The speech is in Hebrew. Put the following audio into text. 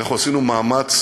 אנחנו עשינו מאמץ,